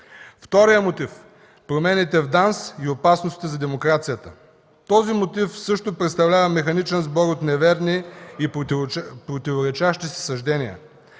Вторият мотив – промените в ДАНС и опасностите за демокрацията. Този мотив също представлява механичен сбор от неверни и противоречащи си съждения.